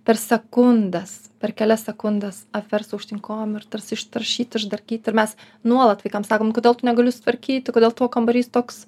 per sekundes per kelias sekundes apverst aukštyn kojom ir tarsi ištaršyt išdarkyt ir mes nuolat vaikam sakom nu kodėl tu negali susitvarkyti kodėl tavo kambarys toks